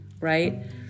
right